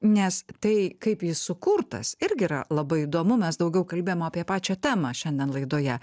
nes tai kaip jis sukurtas irgi yra labai įdomu mes daugiau kalbėjom apie pačią temą šiandien laidoje